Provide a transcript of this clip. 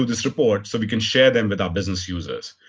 to this report so we can share them with our business users.